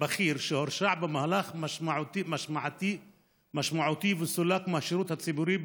בכיר שהורשע במהלך משמעתי משמעותי וסולק מהשירות הציבורי,